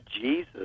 Jesus